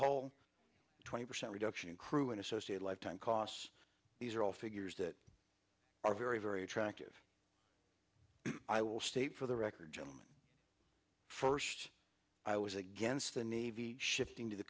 whole twenty percent reduction in crew and associated lifetime costs these are all figures that are very very attractive i will state for the record gentlemen first i was against the navy shifting to the